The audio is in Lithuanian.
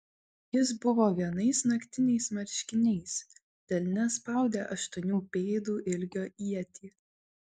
jis buvo vienais naktiniais marškiniais delne spaudė aštuonių pėdų ilgio ietį